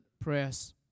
prayers